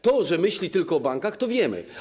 To, że myśli tylko o bankach, to wiemy.